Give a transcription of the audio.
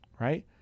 right